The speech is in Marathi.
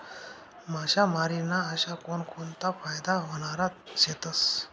मासामारी ना अशा कोनकोनता फायदा व्हनारा शेतस?